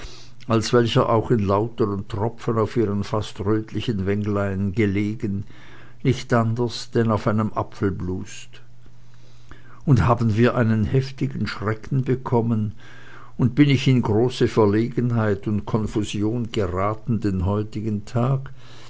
als welcher auch in lauteren tropfen auf ihren fast röthlichen wänglein gelegen nicht anders denn auf einem apfelblust und haben wir einen heftigen schrecken bekommen und bin ich in große verlegenheit und confusion gerathen den heutigen tag